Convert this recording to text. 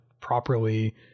properly